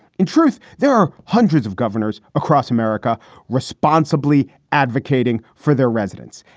in truth, there are hundreds of governors across america responsibly advocating for their residents.